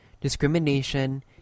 discrimination